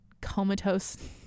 comatose